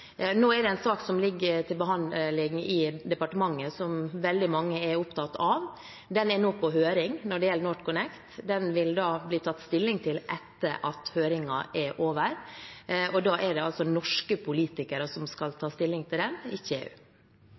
Nå er det en sak som ligger til behandling i departementet, som veldig mange er opptatt av, og det gjelder NorthConnect. Den er nå på høring, og den vil det bli tatt stilling til etter at høringen er over. Og da er det altså norske politikere som skal ta stilling til den, ikke EU.